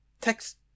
text